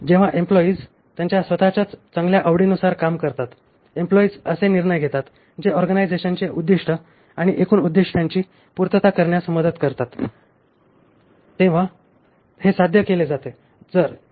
जेव्हा एम्प्लॉईज त्यांच्या स्वत च्याच चांगल्या आवडीनुसार काम करतात एम्प्लॉईज असे निर्णय घेतात जे ऑर्गनायझेशनचे उद्दिष्ट किंवा एकूण उद्दीष्टांची पूर्तता करण्यात मदत करतात तेव्हा हे साध्य केले जाते